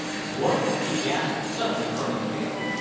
what! he gasped, suddenly turning pale.